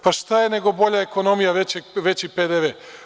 Pa, šta je nego bolja ekonomija, veći PDV.